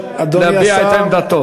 אדוני השר,